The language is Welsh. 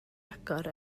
agor